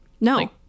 No